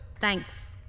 thanks